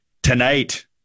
Tonight